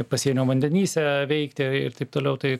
pasienio vandenyse veikti ir taip toliau tai